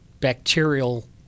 bacterial